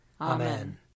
Amen